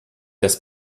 das